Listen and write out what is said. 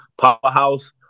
Powerhouse